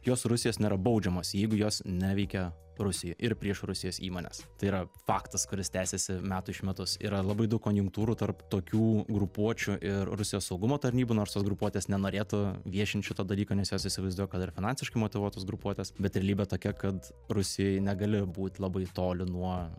jos rusijos nėra baudžiamos jeigu jos neveikia rusijoj ir prieš rusijos įmones tai yra faktas kuris tęsiasi metų iš metus yra labai daug konjunktūrų tarp tokių grupuočių ir rusijos saugumo tarnybų nors tos grupuotės nenorėtų viešint šitą dalyką nes jos įsivaizduoja kad ir finansiškai motyvuotos grupuotės bet realybė tokia kad rusijoj negali būt labai toli nuo